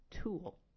tool